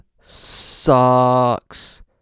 sucks